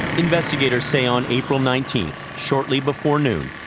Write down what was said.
investigators say on april nineteenth, shortly before noon,